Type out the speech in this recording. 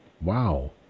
wow